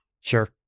Sure